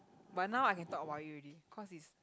but now I can talk about it already cause it's